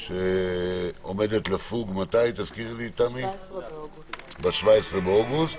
היא עומדת לפוג ב-17 באוגוסט.